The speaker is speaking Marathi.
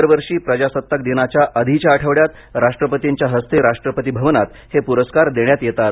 दरवर्षी प्रजासत्ताक दिनाच्या आधीच्या आठवड्यात राष्ट्रपतींच्या हस्ते राष्ट्रपती भवनात हे पुरस्कार देण्यात येतात